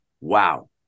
wow